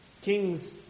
kings